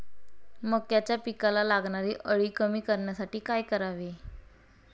मक्याच्या पिकाला लागणारी अळी कमी करण्यासाठी काय करावे?